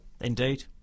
indeed